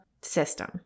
system